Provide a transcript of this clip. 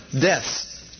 Deaths